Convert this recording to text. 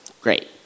great